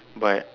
but